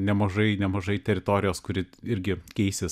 nemažai nemažai teritorijos kuri irgi keisis